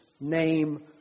name